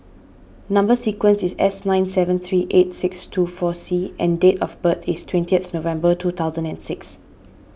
Number Sequence is S nine seven three eight six two four C and date of birth is twentieth November two thousand and six